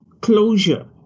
closure